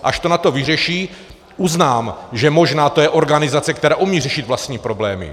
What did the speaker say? Až to NATO vyřeší, uznám, že možná to je organizace, která umí řešit vlastní problémy.